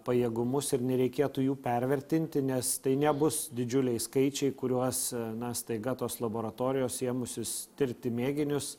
pajėgumus ir nereikėtų jų pervertinti nes tai nebus didžiuliai skaičiai kuriuos na staiga tos laboratorijos ėmusius tirti mėginius